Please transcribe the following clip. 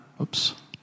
oops